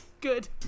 Good